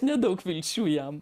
nedaug vilčių jam